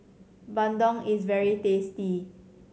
bandung is very tasty